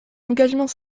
engagement